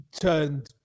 turned